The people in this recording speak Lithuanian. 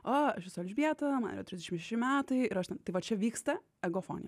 a aš esu elžbieta man yra trisdešim šeši metai ir aš ten tai va čia vyksta egofonija